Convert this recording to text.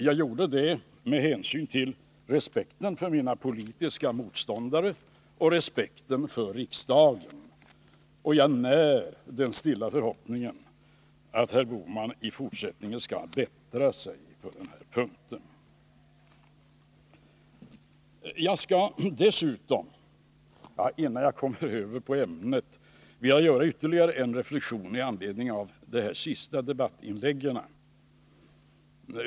Jag gjorde detta av respekt för mina politiska motståndare och av respekt för riksdagen. Jag när den stilla förhoppningen att herr Bohman i fortsättningen skall bättra sig på den punkten. Innan jag kommer över till ämnet skall jag göra ytterligare en reflexion med anledning av de senaste debattinläggen.